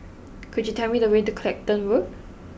could you tell me the way to Clacton Road